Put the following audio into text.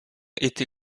été